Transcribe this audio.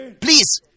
Please